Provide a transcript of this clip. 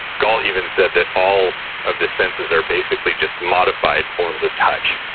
gault even said that all of the senses are basically just modified forms of touch.